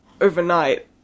overnight